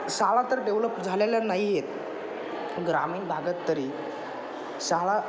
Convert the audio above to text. शाळा तर डेव्हलप झालेल्या नाही आहेत ग्रामीण भागात तरी शाळा